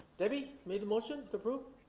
deby made the motion to approve?